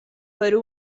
per